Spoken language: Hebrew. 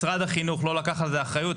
משרד החינוך לא לקח על זה אחריות.